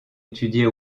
étudiait